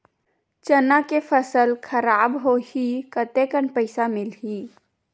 चना के फसल खराब होही कतेकन पईसा मिलही?